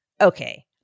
okay